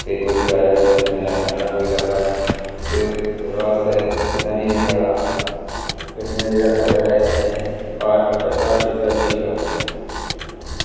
ते कोई किराए दा कोई झमेल्ला निं बनना कोई लफड़ा निं ते एह् जिन्ना बी साढ़ा गड्डियें दा जेह्ड़ा सफर ऐ एह् असेंगी एसआरटीसी दा ठीक लगदा